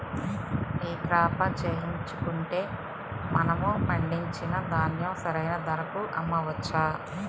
ఈ క్రాప చేయించుకుంటే మనము పండించిన ధాన్యం సరైన ధరకు అమ్మవచ్చా?